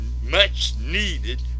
much-needed